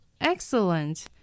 Excellent